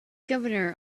governor